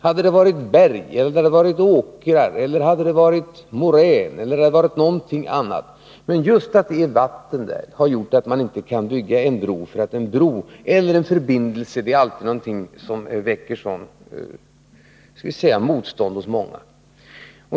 Hade det varit berg, åkrar, morän eller något annat som skilt dem åt hade vägförbindelser redan funnits, men just på grund av att det är vatten och det gäller att bygga en broförbindelse väcker det sådant motstånd hos många.